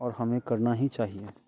और हमें करना ही चाहिए